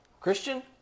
Christian